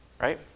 right